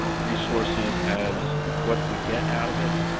resources as what we get out of it?